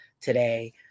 today